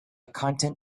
content